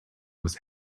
was